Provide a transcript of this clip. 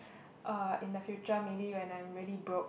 uh in the future maybe when I'm really broke